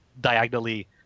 diagonally